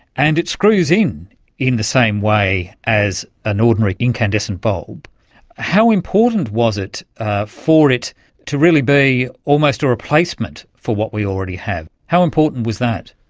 and it screws in in the same way as an ordinary incandescent bulb how important was it ah for it to really be almost a replacement for what we already have? how important was that?